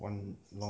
one nor~